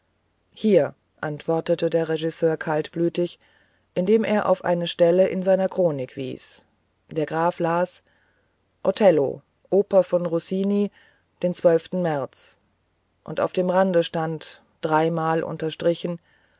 hier erwiderte der regisseur kaltblütig indem er auf eine stelle in seiner chronik wies der graf las othello oper von rossini den zwölften märz und auf dem rande stand dreimal unterstrichen